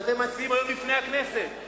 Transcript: שאתם מציעים היום בפני הכנסת,